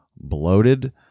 bloated